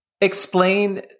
explain –